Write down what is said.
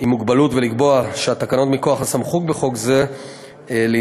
ולקבוע שהתקנות מכוח הסמכות בחוק זה לעניין